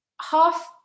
half